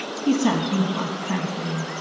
he sat and puffed, tranquilly.